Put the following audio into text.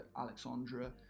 Alexandra